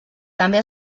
també